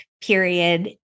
period